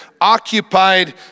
occupied